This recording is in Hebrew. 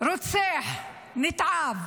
לרוצח נתעב